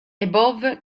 above